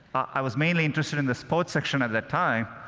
i was mainly interested in the sports section at that time,